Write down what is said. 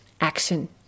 action